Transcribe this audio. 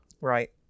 Right